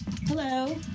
Hello